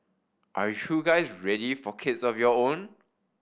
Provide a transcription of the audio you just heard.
are you guys ready for kids of your own